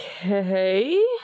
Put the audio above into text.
Okay